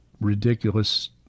ridiculous